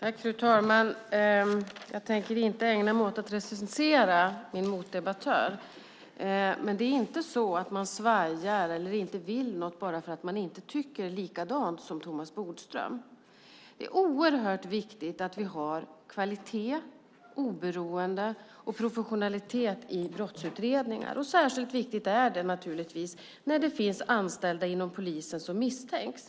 Fru talman! Jag tänker inte ägna mig åt att recensera min motdebattör. Det är inte så att man svajar eller inte vill någonting om man inte tycker likadant som Thomas Bodström. Det är viktigt att vi har kvalitet, oberoende och professionalitet i brottsutredningar. Särskilt viktigt är det naturligtvis när det finns anställda inom polisen som misstänks.